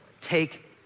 Take